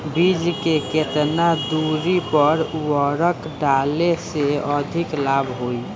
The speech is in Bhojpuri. बीज के केतना दूरी पर उर्वरक डाले से अधिक लाभ होई?